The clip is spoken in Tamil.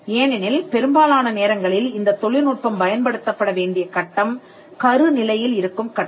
ஏனெனில் பெரும்பாலான நேரங்களில் இந்தத் தொழில்நுட்பம் பயன் படுத்தப்பட வேண்டிய கட்டம் கரு நிலையில் இருக்கும் கட்டம்